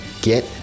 get